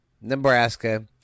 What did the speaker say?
Nebraska